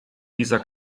dieser